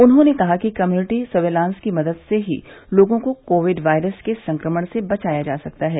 उन्होंने कहा कि कम्युनिटी सर्विलांस की मदद से ही लोगों को कोविड वायरस के संक्रमण से बचाया जा सकता है